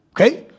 Okay